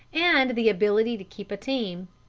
and the ability to keep a team.